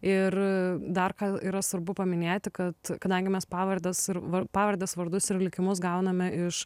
ir dar yra svarbu paminėti kad kadangi mes pavardes ir pavardes vardus ir likimus gauname iš